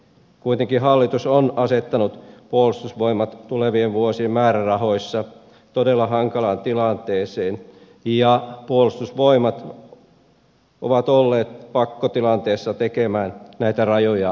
kuitenkin hallitus on asettanut puolustusvoimat tulevien vuosien määrärahoissa todella hankalaan tilanteeseen ja puolustusvoimat ovat olleet pakkotilanteessa tekemään näitä rajuja muutoksia